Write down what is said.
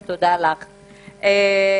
הכנסת.